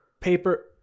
paper